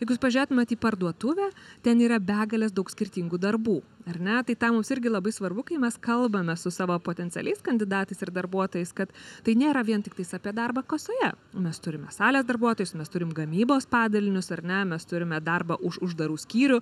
jeigu jūs pažiūrėtumėt į parduotuvę ten yra begalės daug skirtingų darbų ar ne tai tą mums irgi labai svarbu kai mes kalbame su savo potencialiais kandidatais ir darbuotojais kad tai nėra vien tiktais apie darbą kasoje mes turime salės darbuotojus mes turim gamybos padalinius ar ne mes turime darbą už uždarų skyrių